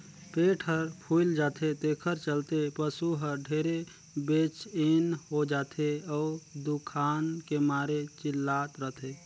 पेट हर फूइल जाथे तेखर चलते पसू हर ढेरे बेचइन हो जाथे अउ दुखान के मारे चिल्लात रथे